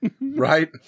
Right